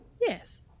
Yes